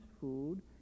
food